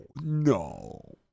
No